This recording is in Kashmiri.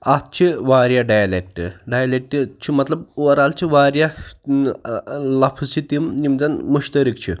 اَتھ چھِ واریاہ ڈایلیٚکٹہٕ ڈایلیٚکٹہٕ چھِ مطلب اُوَرآل چھِ واریاہ ٲں لفظ چھِ تِم یِم زَن مُشتَرٕکۍ چھِ